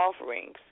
offerings